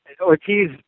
Ortiz